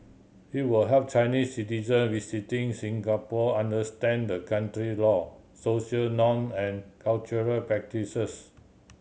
it will help Chinese citizen visiting Singapore understand the country law social norm and cultural practices